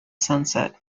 sunset